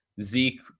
Zeke